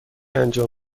انجام